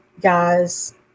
guys